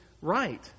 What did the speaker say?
right